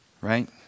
right